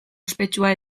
ospetsua